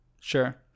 Sure